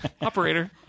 operator